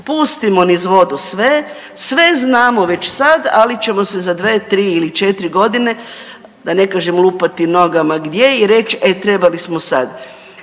Pustimo niz vodu sve. Sve znamo već sad, ali ćemo se za dvije, tri ili četiri godine da ne kažem lupati nogama gdje i reći e trebali smo sada.